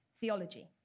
theology